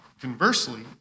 conversely